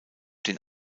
den